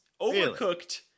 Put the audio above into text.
Overcooked